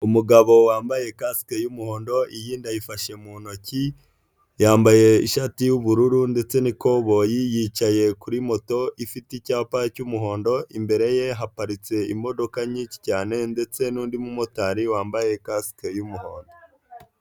Umugabo wambaye kasike y'umuhondo iyindi ayifashe mu ntoki, yambaye ishati y'ubururu ndetse n'ikoboyi, yicaye kuri moto ifite icyapa cy'umuhondo, imbere ye haparitse imodoka nyinshi cyane ndetse n'undi mumotari wambaye kasike y'umuhondo.